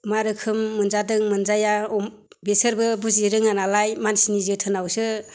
मा रोखोम मोनजादों मोनजाया बेसोरबो बुजिरोङा नालाय मानसिनि जोथोनावसो